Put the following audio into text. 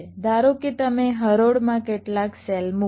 ધારો કે તમે હરોળમાં કેટલાક સેલ મૂકો